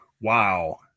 wow